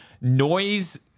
noise